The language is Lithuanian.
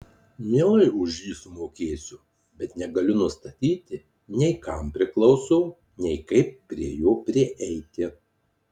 mielai už jį sumokėsiu bet negaliu nustatyti nei kam priklauso nei kaip prie jo prieiti